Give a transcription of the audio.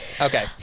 Okay